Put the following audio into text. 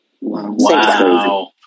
Wow